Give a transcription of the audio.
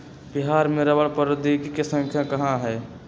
बिहार में रबड़ प्रौद्योगिकी के संस्थान कहाँ हई?